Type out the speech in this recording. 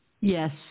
Yes